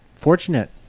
Fortunate